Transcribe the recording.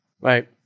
right